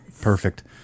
perfect